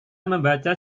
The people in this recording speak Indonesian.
membaca